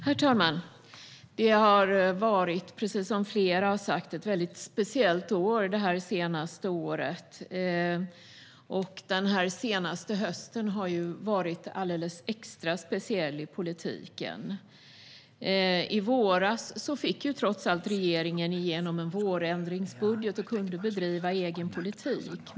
Herr talman! Det senaste året har varit, precis som flera har sagt, speciellt. Hösten har varit alldeles extra speciell i politiken. I våras fick regeringen trots allt igenom en vårändringsbudget och kunde bedriva egen politik.